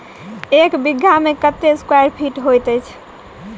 एक बीघा मे कत्ते स्क्वायर फीट होइत अछि?